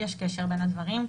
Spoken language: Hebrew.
יש קשר בין הדברים.